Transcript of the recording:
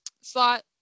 slot